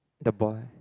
the boy